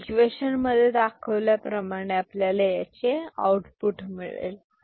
equation मध्ये दाखविल्याप्रमाणे आपल्याला आउटपुट मिळेल Cout A